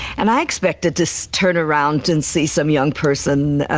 and i expected to so turn around and see some young person, ah,